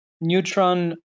Neutron